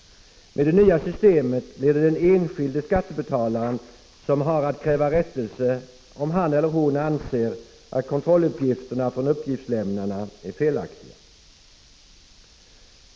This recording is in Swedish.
Med det nya systemet blir det den enskilde skattebetalaren som har att kräva rättelse, om han eller hon anser att kontrolluppgifterna från uppgiftslämnarna är felaktiga.